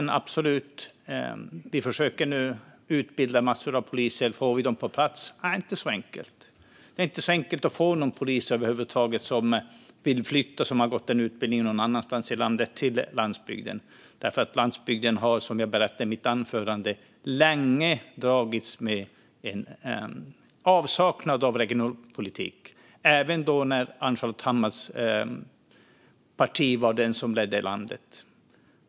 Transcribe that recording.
När det gäller polisen försöker vi nu utbilda massor av poliser. Får vi dem på plats? Det är inte så enkelt. Det är över huvud taget inte så enkelt att få poliser som har gått utbildning någon annanstans i landet att vilja flytta till landsbygden, för landsbygden har, som jag berättade i mitt anförande, länge dragits med en avsaknad av regionalpolitik. Så var det även när Ann-Charlotte Hammar Johnssons parti var det som ledde landet.